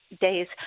days